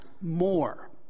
more